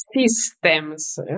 systems